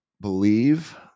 believe